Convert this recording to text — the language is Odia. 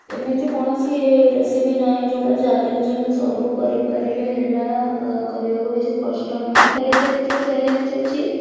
ଏମିତି କୌଣସି ରେସିପି ନାହିଁ ଯେଉଁଟା ଚ୍ୟାଲେଞ୍ଜିଂ ସବୁ କରି ପାରିଲେ ହେଲା ଅ କରିବାକୁ ବେଶି କଷ୍ଟ ନୁହେଁ ଖାଲି ଯେ ଏତିକ ଚ୍ୟାଲେଞ୍ଜ ଅଛି